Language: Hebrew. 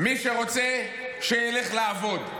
מי שרוצה, שילך לעבוד.